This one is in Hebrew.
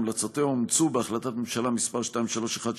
והמלצותיה אומצו בהחלטת ממשלה מס' 2318,